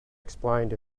explained